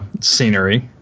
scenery